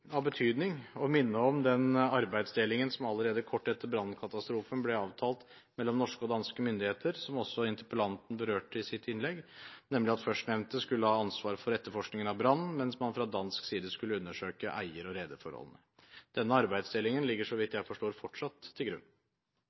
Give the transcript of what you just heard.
av betydning å minne om den arbeidsdelingen som allerede kort tid etter brannkatastrofen ble avtalt mellom norske og danske myndigheter, som også interpellanten berørte i sitt innlegg, nemlig at norske myndigheter skulle ha ansvaret for etterforskningen av brannen, mens man fra dansk side skulle undersøke eier- og rederforholdene. Denne arbeidsdelingen ligger, så vidt jeg forstår, fortsatt til grunn.